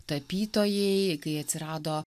tapytojai kai atsirado